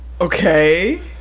Okay